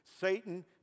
Satan